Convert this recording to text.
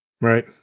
Right